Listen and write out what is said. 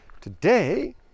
Today